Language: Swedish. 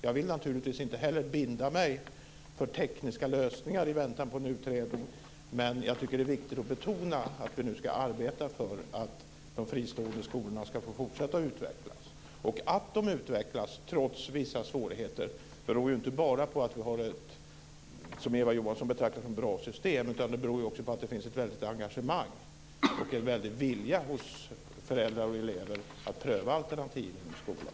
Jag vill naturligtvis inte heller binda mig för tekniska lösningar i väntan på en utredning. Men jag tycker att det är viktigt att betona att vi nu ska arbeta för att de fristående skolorna ska få fortsätta att utvecklas. Att de utvecklas trots vissa svårigheter beror inte bara på att vi har ett, som Eva Johansson betraktar det, bra system. Det beror också på att det finns ett väldigt engagemang och en väldig vilja hos föräldrar och elever att pröva alternativ inom skolan.